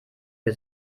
für